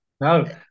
No